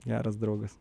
geras draugas